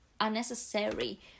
unnecessary